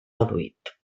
reduït